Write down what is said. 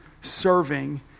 serving